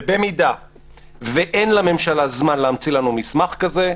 במידה ואין לממשלה זמן להמציא לנו מסמך כזה,